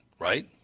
right